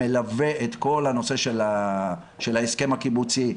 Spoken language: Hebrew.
הוא מלווה את כל הנושא של ההסכם הקיבוצי,